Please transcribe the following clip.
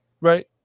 Right